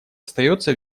остается